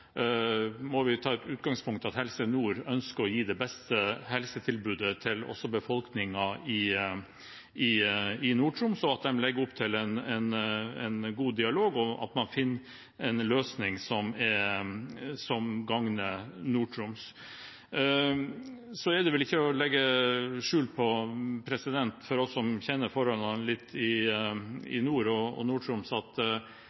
må ta utgangspunkt i at Helse Nord ønsker å gi det beste helsetilbudet også til befolkningen i Nord-Troms, at de legger opp til en god dialog, og at man finner en løsning som gagner Nord-Troms. Så er det vel ikke til å legge skjul på, for oss som kjenner forholdene litt i nord og i Nord-Troms, at de fire kommunene det er snakk om, kanskje ikke er helt samkjørte i spørsmålet om lokalisering av sykestuetilbudet, og